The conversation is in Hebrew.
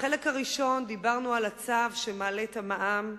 בחלק הראשון דיברנו על הצו שמעלה את המע"מ.